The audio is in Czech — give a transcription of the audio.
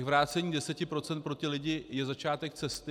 Vrácení deseti procent pro ty lidi je začátek cesty.